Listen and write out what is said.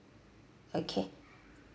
okay